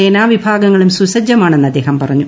സേനാവിഭാഗങ്ങളും സുസജ്ജമാണെന്ന് അദ്ദേഹം പറഞ്ഞു